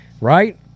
right